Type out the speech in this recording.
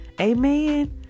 Amen